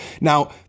Now